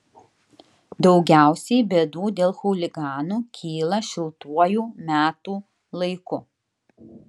daugiausiai bėdų dėl chuliganų kyla šiltuoju metų laiku